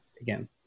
again